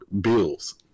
bills